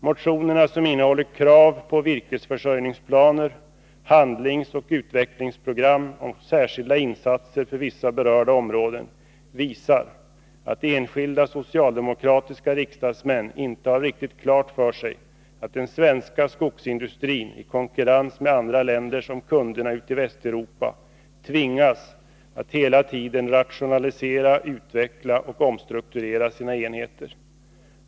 Motionerna, som innehåller krav på virkesförsörjningsplaner, handlingsoch utvecklingsprogram och särskilda insatser för vissa berörda områden, visar att enskilda socialdemokratiska riksdagsmän inte har riktigt klart för sig att den svenska skogsindustrin i konkurrens med andra länders skogsindustri om kunderna ute i Västeuropa tvingas att hela tiden rationalisera, utveckla och omstrukturera sina enheter.